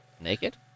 Naked